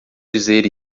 dizer